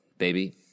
baby